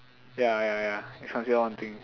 ya ya ya it's considered one thing